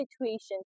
situations